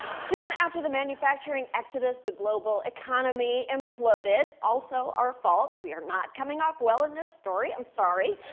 soon after the manufacturing exodus, the global economy imploded. also our fault. we are not coming off well in this story. i'm sorry.